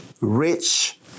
rich